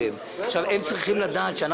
אני חושב שזה צריך להיות בתמיכוֹת,